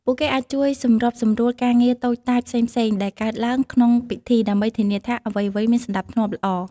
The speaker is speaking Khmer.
ពួកគេអាចជួយ សម្របសម្រួលការងារតូចតាចផ្សេងៗ ដែលកើតឡើងក្នុងពិធី ដើម្បីធានាថាអ្វីៗមានសណ្តាប់ធ្នាប់ល្អ។